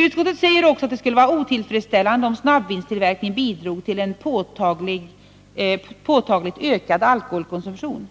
Utskottet säger också att det skulle vara otillfredsställande om snabbvinstillverkningen bidrog till en påtagligt ökad alkoholkonsumtion.